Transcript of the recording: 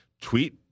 tweet